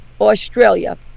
Australia